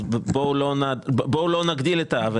אז בואו לא נגדיל את העוול.